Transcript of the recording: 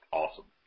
awesome